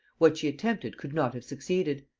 what she attempted could not have succeeded.